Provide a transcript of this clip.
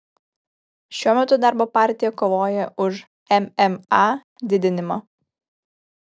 šiuo metu darbo partija kovoja už mma didinimą